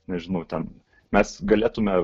nežinau ten mes galėtume